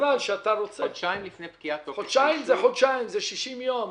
חודשיים זה 60 יום.